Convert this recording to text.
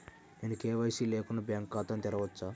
నేను కే.వై.సి లేకుండా బ్యాంక్ ఖాతాను తెరవవచ్చా?